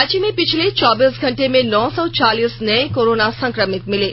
राज्य में पिछले चौबीस घंटे में नौ सौ चालीस नये कोरोना संक्रमित मिले